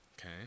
okay